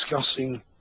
discussing